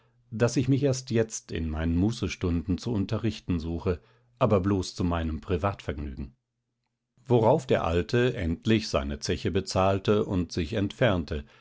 daß ich mich erst jetzt in meinen mußestunden zu unterrichten suche aber bloß zu meinem privatvergnügen worauf der alte endlich seine zeche bezahlte und sich entfernte